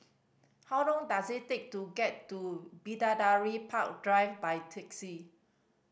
how long does it take to get to Bidadari Park Drive by taxi